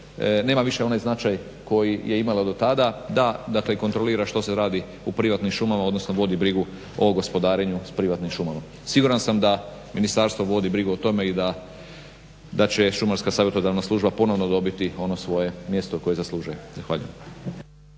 nema više onaj značaj koji je imala do tada, dakle da kontrolira što se radi u privatnim šumama odnosno vodi brigu o gospodarenju s privatnim šumama. Siguran sam da Ministarstvo vodi brigu o tome i da će Šumarska savjetodavna služba ponovno dobiti ono svoje mjesto koje zaslužuje. Zahvaljujem.